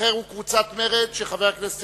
אחרת היא קבוצת מרצ, שבה חבר הכנסת